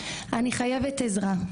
אני חייבת עזרה,